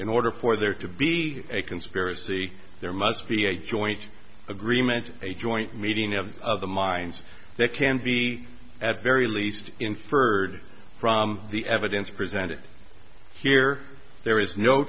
in order for there to be a conspiracy there must be a joint agreement a joint meeting of of the minds that can be at very least inferred from the evidence presented here there is no